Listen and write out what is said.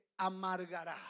amargará